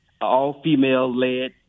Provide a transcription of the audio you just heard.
all-female-led